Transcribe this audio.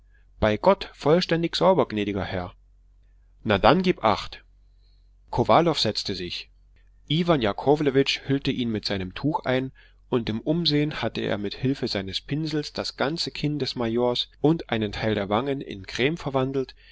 bei gott vollständig sauber gnädiger herr na dann gib acht kowalow setzte sich iwan jakowlewitsch hüllte ihn mit seinem tuch ein und im umsehen hatte er mit hilfe seines pinsels das ganze kinn des majors und einen teil der wangen in creme verwandelt